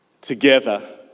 together